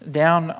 down